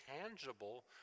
tangible